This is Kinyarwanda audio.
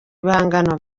ibihangano